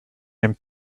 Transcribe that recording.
and